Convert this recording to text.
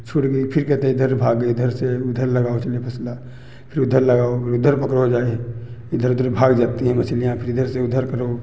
छूट गई फिर कहते हैं इधर भाग गई इधर से उधर लगाओ चलें फसला फिर उधर लगाओ फिर उधर पकड़ो जाहे इधर उधर भाग जाती हैं मछलियाँ फिर इधर से उधर फिरो